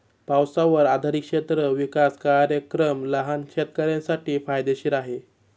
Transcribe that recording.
पावसावर आधारित क्षेत्र विकास कार्यक्रम लहान शेतकऱ्यांसाठी फायदेशीर आहे